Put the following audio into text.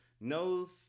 no